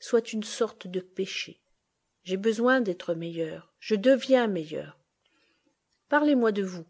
soit une sorte de péché j'ai besoin d'être meilleur je deviens meilleur parlez-moi de vous